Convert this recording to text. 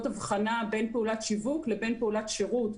הבחנה בין פעולת שיווק לבין פעולת שירות,